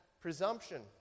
presumption